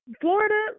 Florida